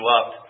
up